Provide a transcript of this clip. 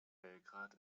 belgrad